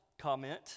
comment